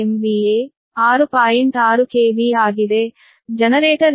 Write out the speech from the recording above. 6 KV ಆಗಿದೆ generator reactance 0